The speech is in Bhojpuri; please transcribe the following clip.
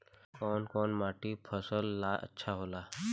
कौन कौनमाटी फसल ला अच्छा होला?